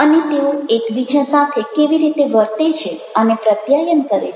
અને તેઓ એકબીજા સાથે કેવી રીતે વર્તે છે અને પ્રત્યાયન કરે છે